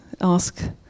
ask